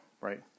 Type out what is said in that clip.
right